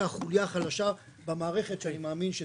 החוליה החלשה במערכת שאני מאמין שתתייצב.